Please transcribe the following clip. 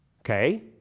Okay